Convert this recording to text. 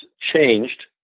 changed